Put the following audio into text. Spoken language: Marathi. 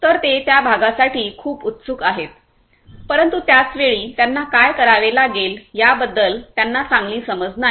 तर ते त्या भागासाठी खूप उत्सुक आहेत परंतु त्याच वेळी त्यांना काय करावे लागेल याबद्दल त्यांना चांगली समज नाही